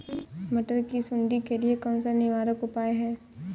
मटर की सुंडी के लिए कौन सा निवारक उपाय है?